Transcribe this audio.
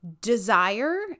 desire